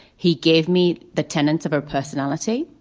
he gave me the tenants of our personality.